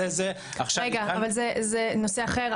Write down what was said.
רגע, זה נושא אחר.